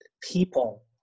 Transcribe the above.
people